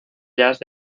jazz